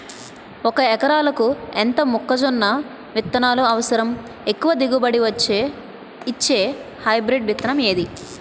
ఒక ఎకరాలకు ఎంత మొక్కజొన్న విత్తనాలు అవసరం? ఎక్కువ దిగుబడి ఇచ్చే హైబ్రిడ్ విత్తనం ఏది?